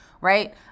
right